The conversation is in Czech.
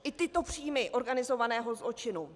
I tyto příjmy organizovaného zločinu.